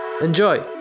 Enjoy